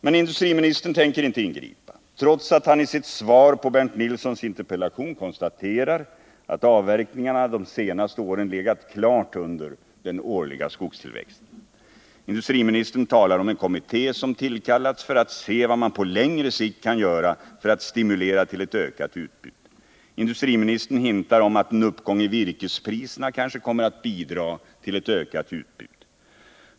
Men industriministern tänker inte ingripa, trots att han i sitt svar på Bernt Nilssons interpellation konstaterar att avverkningarna de senaste åren legat klart under den årliga skogstillväxten. Industriministern talar om en kommitté som tillkallats för att se vad man på längre sikt kan göra för att stimulera till ett ökat utbud. Han hintar om att en uppgång i virkespriserna kanske kommer att bidra till ett ökat utbud.